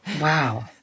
Wow